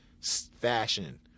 fashion